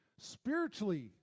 Spiritually